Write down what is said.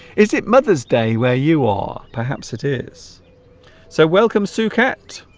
is it mother's day where you are perhaps it is so welcome tsukete